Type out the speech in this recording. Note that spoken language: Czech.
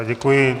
Děkuji.